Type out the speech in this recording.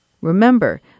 Remember